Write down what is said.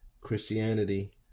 Christianity